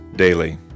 Daily